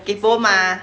kaypoh mah